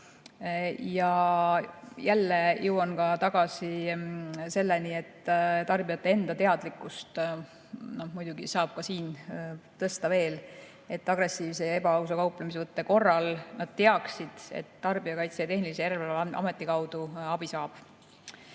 Ja jälle jõuan tagasi selleni, et tarbijate enda teadlikkust saab siin ka veel tõsta, et agressiivse ja ebaausa kauplemisvõtte korral nad teaksid, et Tarbijakaitse ja Tehnilise Järelevalve Ameti kaudu abi saab.